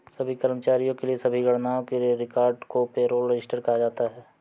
सभी कर्मचारियों के लिए सभी गणनाओं के रिकॉर्ड को पेरोल रजिस्टर कहा जाता है